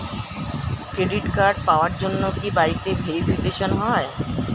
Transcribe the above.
Credit card পাওয়ার জন্য কি বাড়িতে ভেরিফিকেশন হয়?